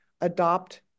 adopt